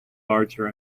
larger